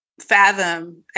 fathom